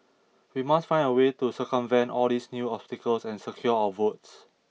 we must find a way to circumvent all these new obstacles and secure our votes